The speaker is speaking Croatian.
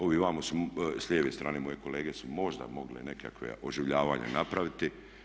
Ovi vamo s lijeve strane moje kolege su možda mogle nekakva oživljavanja napraviti.